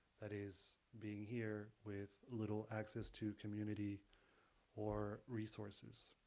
that is, being here with little access to community or resources.